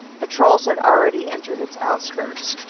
patrols had already entered its outskirts.